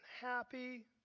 happy